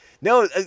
no